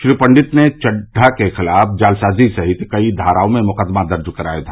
श्री पंडित ने चड्डा के खिलाफ जालसाज़ी सहित कई धाराओं में मुकदमा दर्ज कराया था